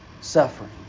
suffering